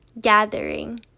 gathering